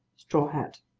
straw hat.